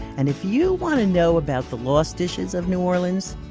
and if you want to know about the lost dishes of new orleans,